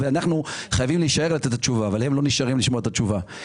ואנחנו חייבים להישאר לתת תשובה אבל הם לא נשארים לתשובה.